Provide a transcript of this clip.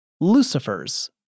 Lucifers